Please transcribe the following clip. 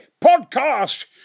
podcast